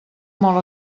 molt